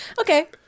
Okay